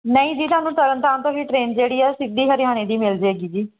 ਨਹੀਂ ਜੀ ਤੁਹਾਨੂੰ ਤਰਨ ਤਾਰਨ ਤੋਂ ਵੀ ਟਰੇਨ ਜਿਹੜੀ ਆ ਸਿੱਧੀ ਹਰਿਆਣੇ ਦੀ ਮਿਲ ਜਾਏਗੀ ਜੀ